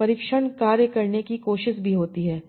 परीक्षण कार्य करने की कोशिश भी होती है